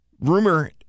rumor